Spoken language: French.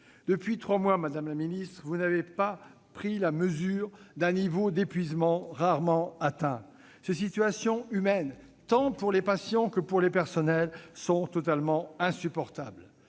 Depuis trois mois, vous n'avez pas pris la mesure d'un niveau d'épuisement rarement atteint. Ces situations humaines, tant pour les patients que pour les personnels, sont totalement insupportables.